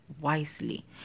wisely